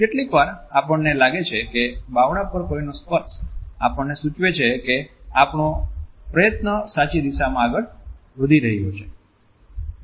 કેટલીકવાર આપણને લાગે છે કે બાવડા પર કોઈનો સ્પર્શ આપણને સૂચવે છે કે આપણો પ્રયત્નો સાચી દિશામા આગળ વધી રહ્યા છે